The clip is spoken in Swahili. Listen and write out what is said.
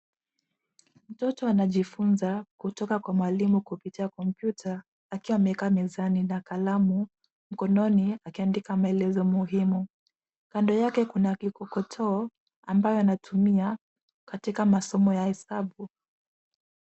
Mtoto anajifunza kutoka kwa mwalimu kupitia kompyuta, akiwa amekaa mezani na kalamu mkononi akiandika maelezo muhimu. Kando yake kuna kikokotoo ambayo, anatumia katika masomo ya hesabu.